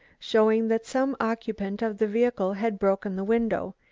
showing that some occupant of the vehicle had broken the window,